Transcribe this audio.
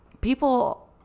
people